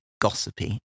gossipy